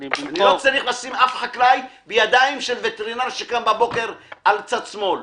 לא צריך לשים בידיים של וטרינר שקם בבוקר על צד שמאל.